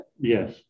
Yes